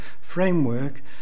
framework